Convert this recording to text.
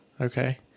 Okay